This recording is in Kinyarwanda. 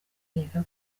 nkeka